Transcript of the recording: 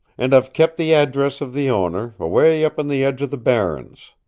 and i've kept the address of the owner, away up on the edge of the barrens.